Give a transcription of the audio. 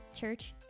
Church